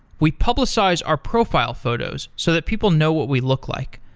we publicize our profile photos so that people know what we look like.